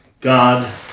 God